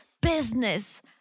business